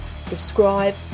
subscribe